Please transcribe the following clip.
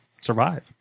survive